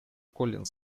коллинс